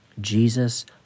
Jesus